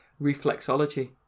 reflexology